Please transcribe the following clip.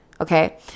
Okay